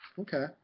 Okay